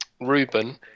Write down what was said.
Ruben